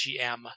GM